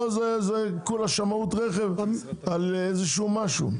פה זה כולה שמאות רכב על איזה שהוא משהו.